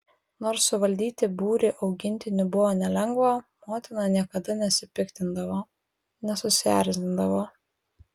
nors suvaldyti būrį augintinių buvo nelengva motina niekada nesipiktindavo nesusierzindavo